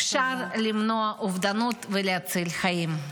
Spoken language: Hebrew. אפשר למנוע אובדנות ולהציל חיים.